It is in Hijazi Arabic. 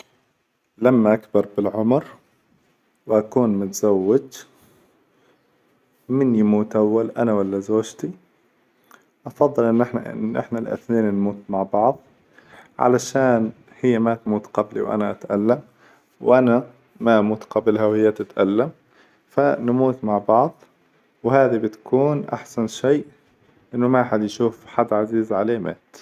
لما أكبر بالعمر، وأكون متزوج مين يموت أول أنا ولا زوجتي؟ أفظل إن إحنا الاثنين نموت مع بعظ، علشان هي ما تموت قبلي وأنا أتألم، وأنا ما أموت قبلها وهي تتألم، فنموت مع بعظ وهذي بتكون أحسن شي، إنه ما أحد يشوف حد عزيز عليه مات.